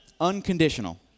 unconditional